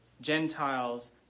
Gentiles